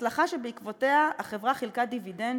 הצלחה שבעקבותיה החברה חילקה דיבידנד